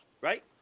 Right